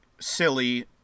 silly